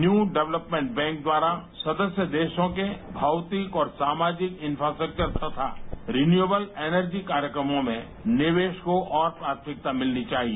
new Development Bank द्वारा सदस्य देशों के भौतिक और सामाजिक इन्फ्रास्ट्रक्वर तथा रिन्यूएबल एनर्जी कार्यक्रमों में निवेरा को और प्राथमिकता मिलनी चाहिए